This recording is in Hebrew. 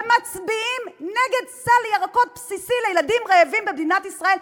ומצביע נגד סל ירקות בסיסי לילדים רעבים במדינת ישראל,